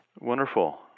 Wonderful